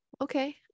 okay